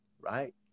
right